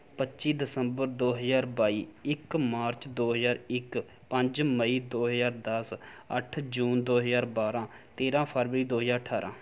ਪੱਚੀ ਦਸੰਬਰ ਦੋ ਹਜ਼ਾਰ ਬਾਈ ਇੱਕ ਮਾਰਚ ਦੋ ਹਜ਼ਾਰ ਇੱਕ ਪੰਜ ਮਈ ਦੋ ਹਜ਼ਾਰ ਦਸ ਅੱਠ ਜੂਨ ਦੋ ਹਜ਼ਾਰ ਬਾਰਾਂ ਤੇਰਾਂ ਫਰਵਰੀ ਦੋ ਹਜ਼ਾਰ ਅਠਾਰਾਂ